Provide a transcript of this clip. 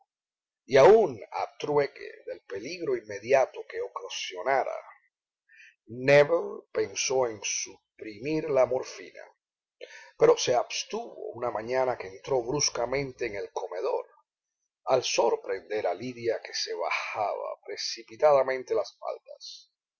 y aún a trueque del peligro inmediato que ocasionara nébel pensó en suprimir la morfina pero se abstuvo una mañana que entró bruscamente en el comedor al sorprender a lidia que se bajaba precipitadamente las faldas